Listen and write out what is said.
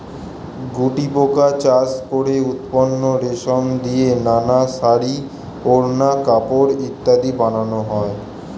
গুটিপোকা চাষ করে উৎপন্ন রেশম দিয়ে নানা শাড়ী, ওড়না, কাপড় ইত্যাদি বানানো হয়